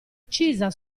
uccisa